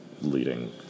leading